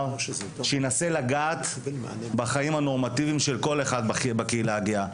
שינסה לגעת בחיים הנורמטיביים של כל אחד בקהילה הגאה.